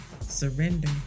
surrender